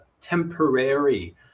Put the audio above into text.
temporary